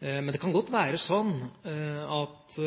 Men det kan godt være sånn at